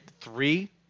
three